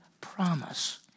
promise